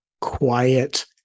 quiet